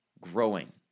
growing